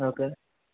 okay